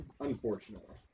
Unfortunately